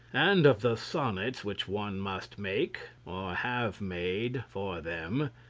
and of the sonnets which one must make, or have made, for them.